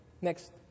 Next